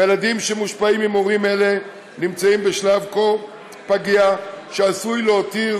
והילדים שמושפעים ממורים אלה נמצאים בשלב כה פגיע שזה עשוי להותיר